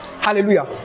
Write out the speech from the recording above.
Hallelujah